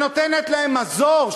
שנותנת להם מזור,